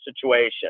situation